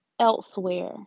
Elsewhere